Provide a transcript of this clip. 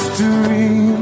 dream